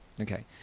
Okay